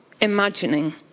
imagining